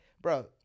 bro